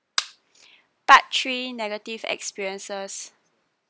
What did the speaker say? part three negative experiences